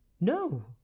No